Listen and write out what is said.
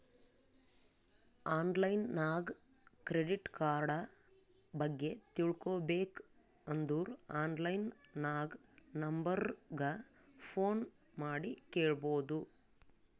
online ನಾಗ್ credit card ಬಗ್ಗೆ ತಿಳ್ಕೋಬೇಕ್ ಅಂದುರ್ ಆನ್ಲೈನ್ ನಾಗ್ ನಂಬರ್ ಗ ಫೋನ್ ಮಾಡಿ ಕೇಳ್ಬೋದು